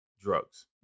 drugs